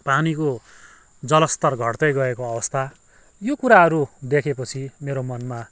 पानीको जलस्तर घट्दै गएको अवस्था यो कुराहरू देखेपछि मेरो मनमा